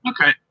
Okay